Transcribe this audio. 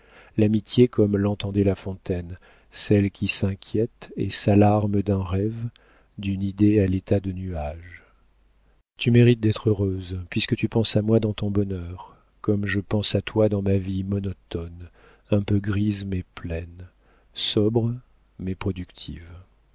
amitié l'amitié comme l'entendait la fontaine celle qui s'inquiète et s'alarme d'un rêve d'une idée à l'état de nuage tu mérites d'être heureuse puisque tu penses à moi dans ton bonheur comme je pense à toi dans ma vie monotone un peu grise mais pleine sobre mais productive